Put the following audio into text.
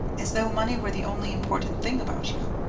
as though money were the only important thing about you.